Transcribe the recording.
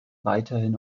weiterhin